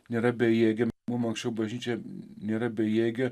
nėra bejėgė mum anksčiau bažnyčia nėra bejėgė